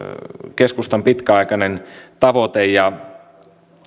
keskustan pitkäaikainen tavoite ja